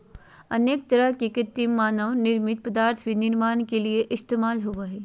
अनेक तरह के कृत्रिम मानव निर्मित पदार्थ भी निर्माण के लिये इस्तेमाल होबो हइ